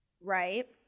Right